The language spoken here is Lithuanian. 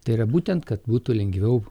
tai yra būtent kad būtų lengviau